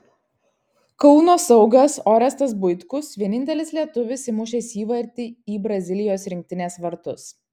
kauno saugas orestas buitkus vienintelis lietuvis įmušęs įvartį į brazilijos rinktinės vartus